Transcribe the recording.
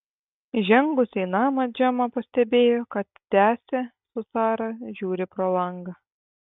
įžengusi į namą džemą pastebėjo kad tęsė su sara žiūri pro langą